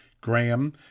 Graham